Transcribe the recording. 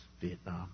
Vietnam